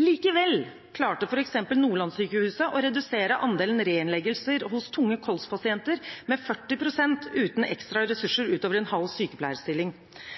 Likevel klarte f.eks. Nordlandssykehuset å redusere andelen reinnleggelser hos tunge kolspasienter med 40 pst. uten ekstra ressurser utover en halv sykepleierstilling.